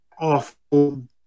awful